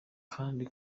kandi